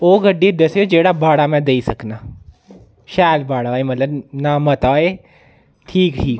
ओह् गड्डी दस्सेओ जेह्ड़ा भाड़ा मै देई सकनां शैल भाड़ा होए मतलब न मता होए ठीक ठीक